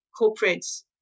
corporates